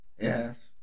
Yes